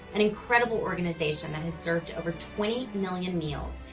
an incredible organization that has served over twenty million meals.